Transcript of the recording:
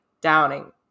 downing